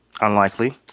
unlikely